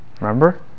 Remember